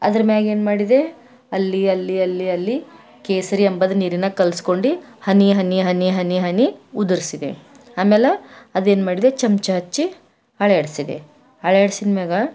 ಅದರ ಮ್ಯಾಗೇನು ಮಾಡಿದೆ ಅಲ್ಲಿ ಅಲ್ಲಿ ಅಲ್ಲಿ ಅಲ್ಲಿ ಕೇಸರಿ ಅಂಬದ ನೀರಿನಾಗೆ ಕಲ್ಸ್ಕೊಂಡಿ ಹನಿ ಹನಿ ಹನಿ ಹನಿ ಹನಿ ಉದುರ್ಸಿದೆ ಆಮೇಲೆ ಅದೇನು ಮಾಡಿದೆ ಚಮಚ ಹಚ್ಚಿ ಅಳೆಹಡಿಸಿದೆ ಅಳೆಹಡ್ಸಿದ ಮ್ಯಾಗ